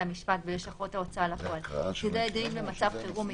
המשפט ולשכות ההוצאה לפועל (סדרי דין במצב חירום מיוחד),